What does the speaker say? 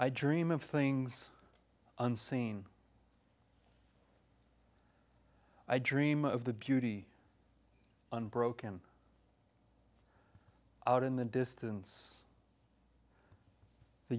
i dream of things unseen i dream of the beauty unbroken out in the distance the